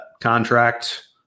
contract